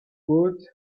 woot